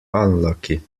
unlucky